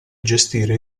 gestire